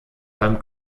beim